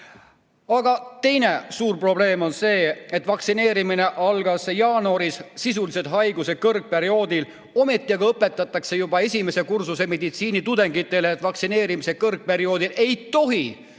Teine suur probleem on see, et vaktsineerimine algas jaanuaris, sisuliselt haiguse kõrgperioodil. Ometi aga õpetatakse juba esimese kursuse meditsiinitudengitele, et vaktsineerimise kõrgperioodil ei tohi